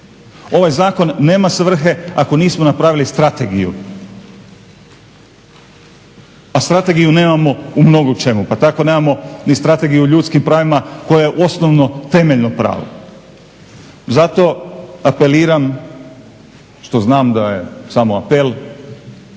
Ovaj zakon nema svrhe ako nismo napravili strategiju, a strategiju nemamo u mnogo čemu, pa tako nemamo ni strategiju o ljudskim pravima koja je osnovno temeljno pravo. Zato apeliram što znam da je samo apel,